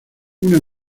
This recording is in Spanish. una